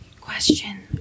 Question